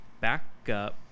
backup